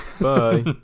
Bye